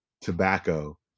tobacco